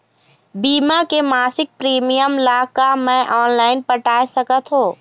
बीमा के मासिक प्रीमियम ला का मैं ऑनलाइन पटाए सकत हो?